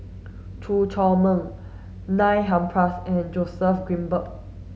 Chew Chor Meng Neil Humphreys and Joseph Grimberg